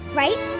right